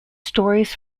stories